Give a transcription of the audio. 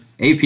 AP